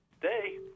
Today